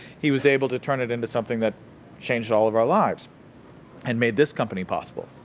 he was able to turn it into something that changed all of our lives and made this company possible.